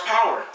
Power